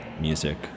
music